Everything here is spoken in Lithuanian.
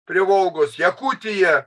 prie volgos jakutija